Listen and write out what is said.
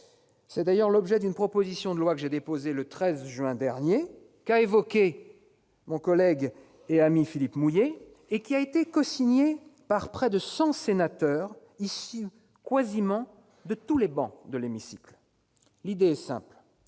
C'est d'ailleurs l'objet d'une proposition de loi que j'ai déposée le 13 juin dernier, qu'a évoquée mon collègue et ami Philippe Mouiller et qui a été cosignée par près de cent sénateurs siégeant sur tous les travées, ou presque, de l'hémicycle. L'idée est simple